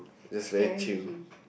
scary